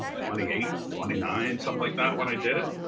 twenty eight, twenty nine, something like that when i did it,